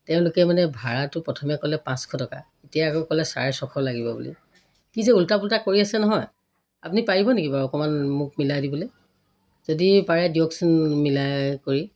তেওঁলোকে মানে ভাড়াটো প্ৰথমে ক'লে পাঁচশ টকা এতিয়া আকৌ ক'লে চাৰে ছশ লাগিব বুলি কি যে ওল্টা পোল্টা কৰি আছে নহয় আপুনি পাৰিব নেকি বাৰু অকণমান মোক মিলাই দিবলৈ যদি পাৰে দিয়কচোন মিলাই কৰি